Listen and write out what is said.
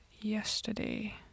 yesterday